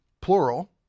plural